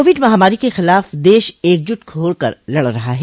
Covid महामारी के खिलाफ देश एकजुट होकर लड़ रहा है